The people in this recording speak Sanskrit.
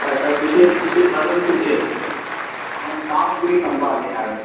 तद्विषये किञ्चित् वदन्ति चेत् अहं सामग्रीं सम्पादयामि